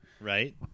right